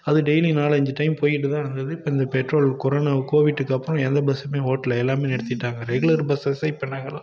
அது டெய்லியும் நாலஞ்சு டைம் போயிக்கிட்டு தான் இருந்தது இப்போ இந்த பெட்ரோல் கொரோனா கோவிட்டுக்கு அப்புறம் எந்த பஸ்ஸுமே ஓடல எல்லாமே நிறுத்திவிட்டாங்க ரெகுலர் பஸ்ஸஸ்ஸே இப்போ நாங்கெல்லாம்